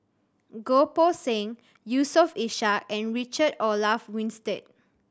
Goh Poh Seng Yusof Ishak and Richard Olaf Winstedt